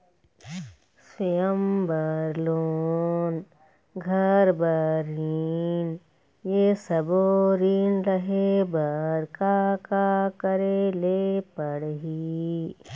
स्वयं बर लोन, घर बर ऋण, ये सब्बो ऋण लहे बर का का करे ले पड़ही?